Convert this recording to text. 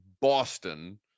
Boston